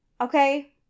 okay